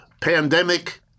pandemic